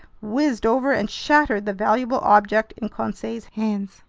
whizzed over and shattered the valuable object in conseil's hands.